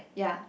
ya